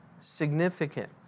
significant